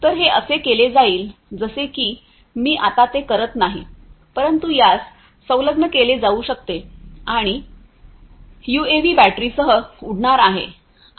तर हे असे केले जाईल जसे की मी आता ते करत नाही परंतु हे यास संलग्न केले जाऊ शकते आणि युएव्ही बॅटरीसह उडणार आहे